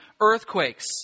earthquakes